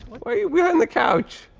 are you behind the couch?